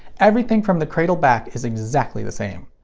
everything from the cradle back is exactly the same.